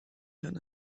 can